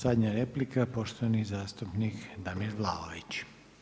Zadnja replika poštovani zastupnik Damir Vlaović.